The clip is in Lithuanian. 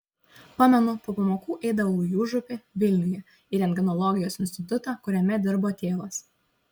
pamenu po pamokų eidavau į užupį vilniuje į rentgenologijos institutą kuriame dirbo tėvas